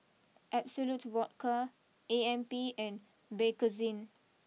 absolut Vodka A M P and Bakerzin